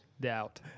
doubt